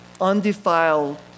Undefiled